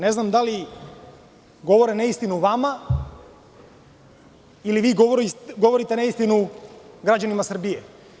Ne znam da li govore neistinu nama ili vi govorite neistinu građanima Srbije?